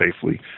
safely